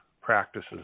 practices